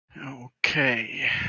Okay